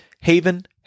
Haven